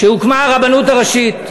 כשהוקמה הרבנות הראשית,